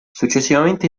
successivamente